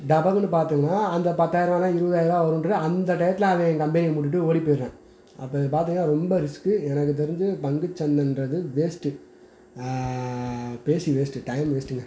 டபக்குனு பார்த்தீங்கனா அந்த பத்தாயிர ரூபானா இருவதாயிர ரூபா வருன்றது அந்த டையத்தில் அவன் கம்பெனியை மூடிவிட்டு ஓடிப் போயிடறான் அப்போ இது பார்த்தீங்கனா ரொம்ப ரிஸ்க்கு எனக்கு தெரிஞ்சு பங்கு சந்தைன்றது வேஸ்ட்டு பேசி வேஸ்ட்டு டைம் வேஸ்ட்டுங்க